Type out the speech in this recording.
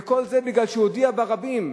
וכל זה כי הוא הודיע ברבים,